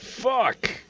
fuck